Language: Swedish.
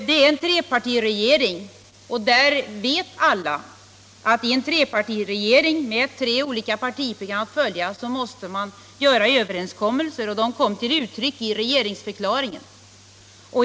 Vi har en trepartiregering, och alla vet att i en regering med tre olika partiprogram att följa måste man göra överenskommelser, och de kommer till uttryck i regeringsförklaringen.